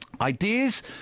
Ideas